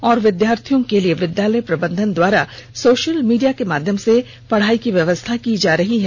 और विद्यर्थियों के लिए विद्यालय प्रबंधन द्वारा सोषल मीडिया के माध्यम से पढ़ाई की व्यवस्था की जा रही है